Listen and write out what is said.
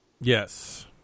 Yes